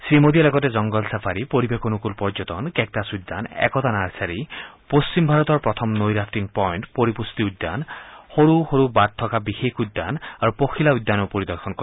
শ্ৰীমোদীয়ে লগতে জংগল ছাফাৰী পৰিৱেশ অনুকুল পৰ্যটন কেকটাছ উদ্যান একতা নাৰ্চাৰী পশ্চিম ভাৰতৰ প্ৰথম নৈ ৰাফটিং পইণ্ট পৰিপুষ্টি উদ্যান সৰু সৰু বাট থকা বিশেষ উদ্যান আৰু পখিলা উদ্যান পৰিদৰ্শন কৰে